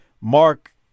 Mark